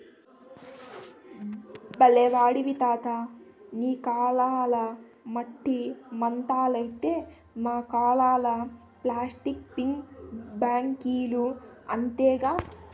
బల్లే ఓడివి తాతా నీ కాలంల మట్టి ముంతలైతే మా కాలంల ప్లాస్టిక్ పిగ్గీ బాంకీలు అంతేగా